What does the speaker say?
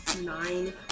Nine